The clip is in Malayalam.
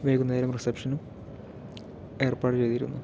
വൈകുന്നേരം റിസപ്ഷൻ ഏർപ്പാട് ചെയ്തിരുന്നു